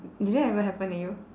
did that ever happen to you